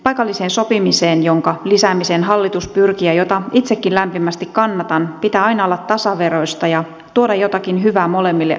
paikallisen sopimisen jonka lisäämiseen hallitus pyrkii ja jota itsekin lämpimästi kannatan pitää aina olla tasaveroista ja tuoda jotakin hyvää molemmille sopijapuolille